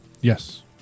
Yes